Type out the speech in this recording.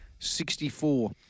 64